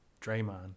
Draymond